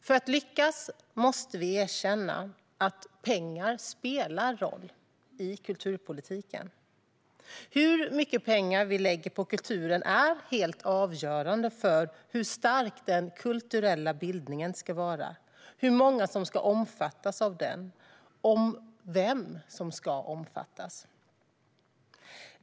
För att lyckas måste vi erkänna att pengar spelar roll i kulturpolitiken. Hur mycket pengar vi lägger på kulturen är helt avgörande för hur stark den kulturella bildningen ska vara, hur många som ska omfattas av den och vem som ska omfattas.